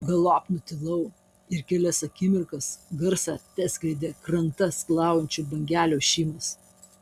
galop nutilau ir kelias akimirkas garsą teskleidė krantą skalaujančių bangelių ošimas